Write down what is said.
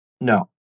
no